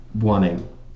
wanting